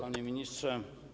Panie Ministrze!